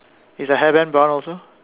is her hairband brown also